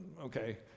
okay